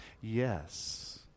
Yes